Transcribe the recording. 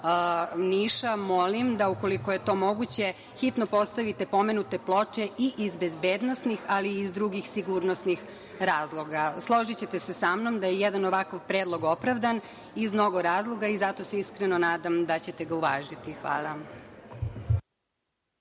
Niša molim da, ukoliko je to moguće, hitno postavite pomenute ploče i iz bezbednosnih ali i iz drugih sigurnosnih razloga. Složićete se sa mnom da je jedan ovakav predlog opravdan iz mnogo razloga i zato se iskreno nadam da ćete ga uvažiti. Hvala.